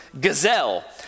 gazelle